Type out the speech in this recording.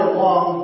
long